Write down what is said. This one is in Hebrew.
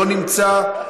לא נמצא,